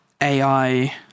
AI